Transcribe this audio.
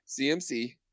CMC